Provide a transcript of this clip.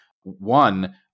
One